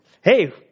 Hey